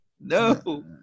No